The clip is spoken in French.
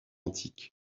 antique